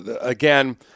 Again